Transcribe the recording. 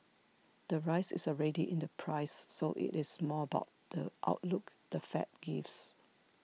the rise is already in the price so it's more about the outlook the Fed gives